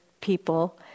people